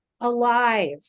alive